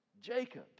Jacob